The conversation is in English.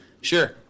Sure